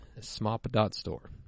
Smop.store